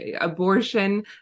abortion